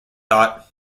thought